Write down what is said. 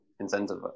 incentive